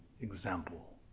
example